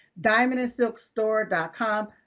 diamondandsilkstore.com